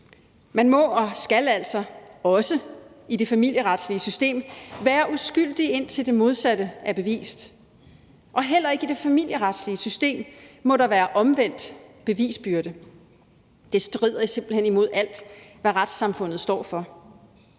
Man må og skal altså også i det familieretslige system være uskyldig, indtil det modsatte er bevist, og heller ikke det i familieretslige system må der være omvendt bevisbyrde. Det strider simpelt hen imod alt, hvad retssamfundet står for.